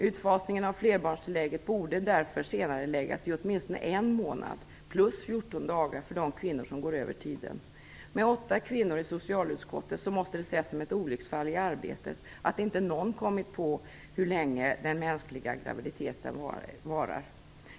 Utfasningen av flerbarnstillägget borde därför senareläggas åtminstone en månad, plus 14 Med åtta kvinnor i socialutskottet måste det ses som ett olycksfall i arbetet att inte någon tänkt på hur länge en graviditet varar.